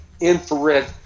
infrared